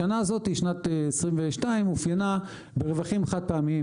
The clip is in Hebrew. השנה הזאת שנת 2022 אופיינה ברווחים חד-פעמיים